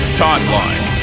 timeline